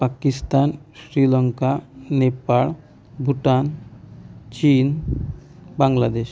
पाकिस्तान श्रीलंका नेपाळ भूतान चीन बांगलादेश